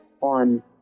on